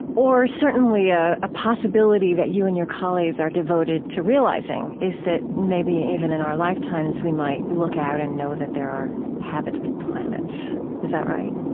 or certainly a ah possibility that you and your colleagues are devoted to realizing is that maybe even in our lifetimes we might look out and know that there are habitable planets. is that right?